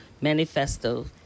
manifesto